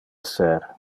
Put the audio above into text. esser